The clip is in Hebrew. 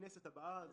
לכנסת הבאה.